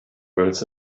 girls